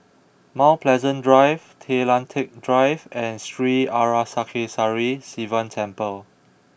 Mount Pleasant Drive Tay Lian Teck Drive and Sri Arasakesari Sivan Temple